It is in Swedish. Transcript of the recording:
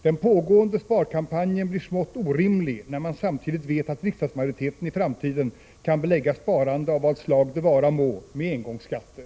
— Den pågående sparkampanjen blir smått orimlig när man samtidigt vet att riksdagsmajoriteten i framtiden kan belägga sparande av vad slag det vara må med engångsskatter.